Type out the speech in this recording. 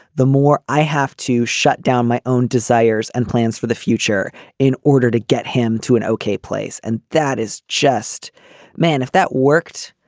the more i have to shut down my own desires and plans for the future in order to get him to an ok place. and that is just man. if that worked.